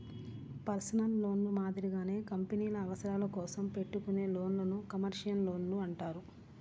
personal లోన్లు మాదిరిగానే కంపెనీల అవసరాల కోసం పెట్టుకునే లోన్లను కమర్షియల్ లోన్లు అంటారు